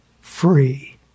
free